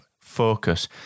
focus